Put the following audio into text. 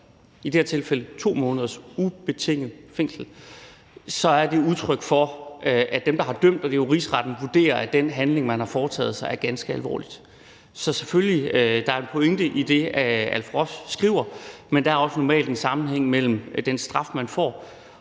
i det her tilfælde 2 måneders ubetinget fængsel, er det udtryk for, at dem, der har dømt, og det er jo Rigsretten, vurderer, at den handling, man har foretaget, er ganske alvorlig. Så selvfølgelig er der en pointe i det, Alf Ross skriver, men der er normalt også en sammenhæng mellem den straf, man får,